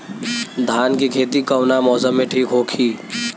धान के खेती कौना मौसम में ठीक होकी?